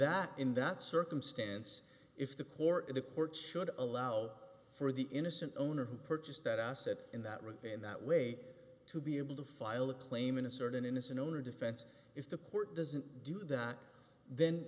that in that circumstance if the court the courts should allow for the innocent owner who purchased that asset in that room in that way to be able to file a claim in a certain innocent only defense is to court doesn't do that then